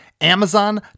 Amazon